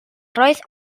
roedd